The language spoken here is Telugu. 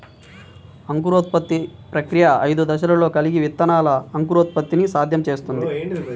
అంకురోత్పత్తి ప్రక్రియ ఐదు దశలను కలిగి విత్తనాల అంకురోత్పత్తిని సాధ్యం చేస్తుంది